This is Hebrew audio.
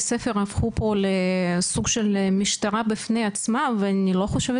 הספר הפכו פה לסוג של משטרה בפני עצמה ואני לא חושבת